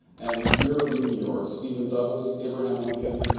and year of meteors stephen douglas, abraham lincoln,